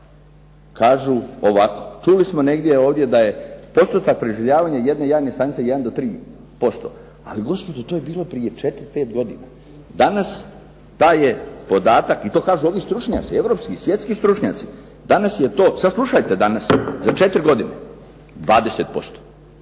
kažu ovako. Čuli smo negdje ovdje da je postotak preživljavanja jedne jajne stanice jedan do tri posto. Ali gospodo to je bilo prije četiri, pet godina. Danas taj je podatak i to kažu ovi stručnjaci, europski i svjetski stručnjaci. Danas je to, sad slušajte danas za četiri godine 20%.